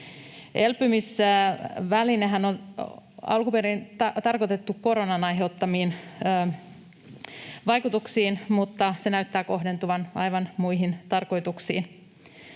Elpymisvälinehän on alun perin tarkoitettu koronan aiheuttamiin vaikutuksiin, mutta se näyttää kohdentuvan aivan muihin tarkoituksiin.